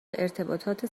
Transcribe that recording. ارتباطات